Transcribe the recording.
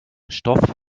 stoff